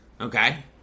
Okay